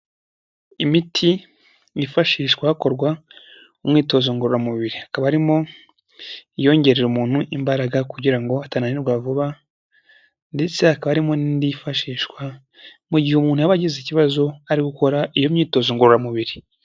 Imiti yifashishwa hakorwa umwitozo ngororamubiri, hakaba harimo iyongerera umuntu imbaraga kugira ngo atananirwa vuba, ndetse hakaba harimo n'indi yifashishwa mu gihe umuntu yaba agize ikibazo ari gukora iyo myitozo ngororamubiri.